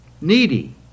Needy